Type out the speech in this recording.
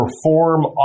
perform